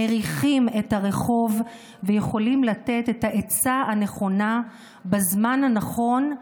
מריחים את הרחוב ויכולים לתת את העצה הנכונה בזמן הנכון,